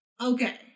Okay